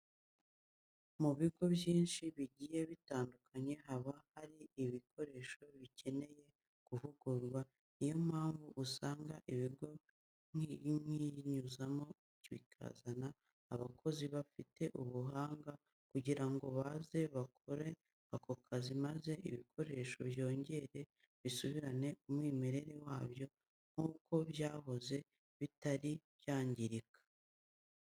Mu bigo byinshi bigiye bitandukanye haba hari ibikoresho bikeneye kuvugururwa, ni yo mpamvu usanga ikigo kinyuzamo kikazana abakozi bafite ubuhanga kugira ngo baze gukora ako kazi maze ibikoresho byongere bisubirane umwimerere wabyo nk'uko byahoze bitari byangirika.